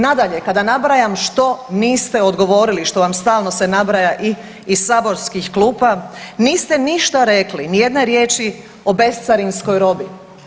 Nadalje, kada nabrajam što niste odgovorili, što vam stalno se nabraja i iz saborskih klupa niste ništa rekli, ni jedne riječi o bescarinskoj robi.